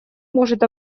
может